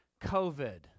COVID